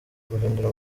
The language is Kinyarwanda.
guhindura